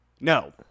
No